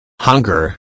hunger